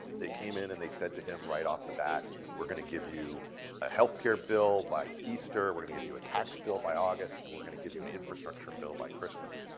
they came in, and they said to him right off the bat, we're going to give you a health care bill by easter. we're going give a tax bill by august. and we're going to give you an infrastructure bill by christmas.